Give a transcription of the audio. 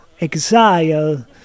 exile